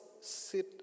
sit